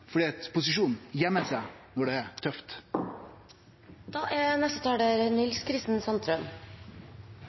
fordi posisjonen gøymer seg når det er tøft.